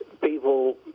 people